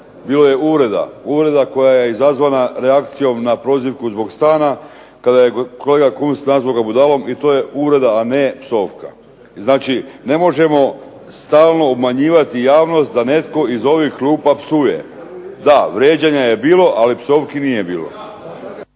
bilo je uvreda, uvreda koja je izazvana reakcijom na prozivku zbog stana kada je kolega Kunst nazvao ga budalom i to je uvreda, a ne psovka. Znači ne možemo stalno obmanjivati javnost da netko iz ovih klupa psuje. Da, vrijeđanja je bilo, ali psovki nije bilo.